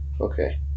Okay